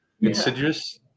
Insidious